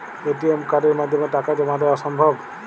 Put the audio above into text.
ATM কার্ডের মাধ্যমে টাকা জমা দেওয়া সম্ভব?